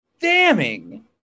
damning